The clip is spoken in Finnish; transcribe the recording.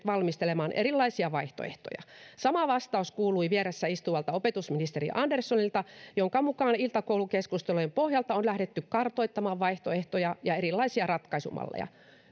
valmistelemaan erilaisia vaihtoehtoja sama vastaus kuului vieressä istuvalta opetusministeri anderssonilta jonka mukaan iltakoulukeskustelujen pohjalta on lähdetty kartoittamaan vaihtoehtoja ja erilaisia ratkaisumalleja